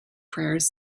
prayers